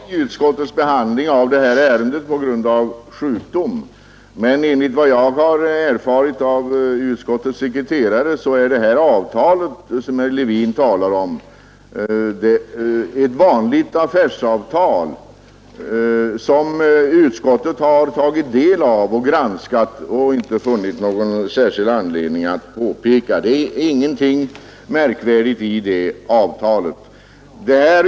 Herr talman! Jag har inte deltagit i utskottets behandling av detta ärende på grund av sjukdom, men enligt vad jag har erfarit av utskottets sekreterare är det avtal som herr Levin talar om ett vanligt affärsavtal, som utskottet har tagit del av och granskat och inte funnit någon särskild anledning att påtala. Det är ingenting märkvärdigt i detta avtal.